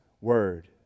Word